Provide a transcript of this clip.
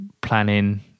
planning